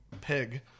pig